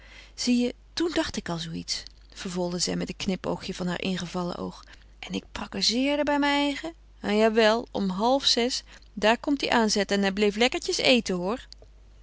zie je toen dacht ik al zoo iets vervolgde zij met een knipoogje van haar ingevallen oog en ik prakkezeerde bij mijn eigen en jawel om halfzes daar komt hij aanzetten en hij bleef lekkertjes eten hoor